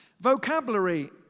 Vocabulary